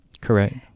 correct